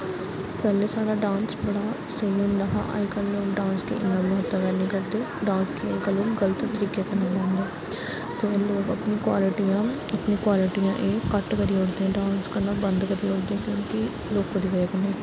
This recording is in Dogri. पैह्ले साढ़ा डांस बड़ा स्हेई होंदा हा अजकल्ल लोक डांस की इ'न्ना म्हत्तव हैनी करदे डांस की अजकल्ल लोक गलत तरीके कन्नै लैंदे ते लोक अपनी क्वालटियां अपनी क्वालटियां एह् घट्ट करी ओड़दे डांस करना बंद करीओड़दे क्यूंकि लोकें दी वजह् कन्नै